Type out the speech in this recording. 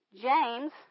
James